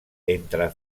entre